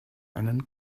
einen